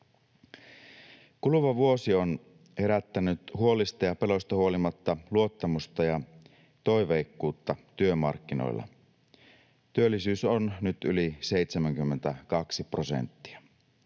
Kuluva vuosi on herättänyt huolista ja peloista huolimatta luottamusta ja toiveikkuutta työmarkkinoilla. Työllisyys on nyt yli 72 prosenttia.